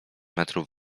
metrów